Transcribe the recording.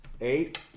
Eight